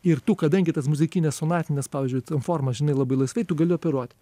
ir tu kadangi tas muzikines sonatines pavyzdžiui formas žinai labai laisvai tu gali operuot